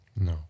No